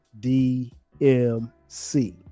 DMC